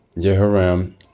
Jehoram